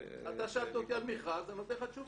אתה שאלת אותי על מכרז, אני נותן לך תשובה.